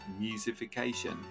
musification